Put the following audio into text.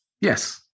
yes